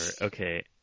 Okay